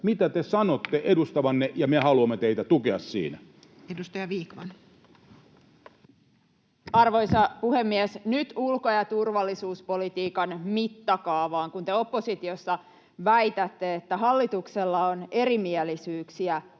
mitä te sanotte edustavanne, ja me haluamme teitä tukea siinä. Edustaja Vikman. Arvoisa puhemies! Nyt ulko- ja turvallisuuspolitiikan mittakaavaan. Kun te oppositiossa väitätte, että hallituksella on erimielisyyksiä